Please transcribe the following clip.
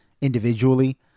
individually